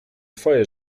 twoje